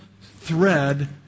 thread